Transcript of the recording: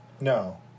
No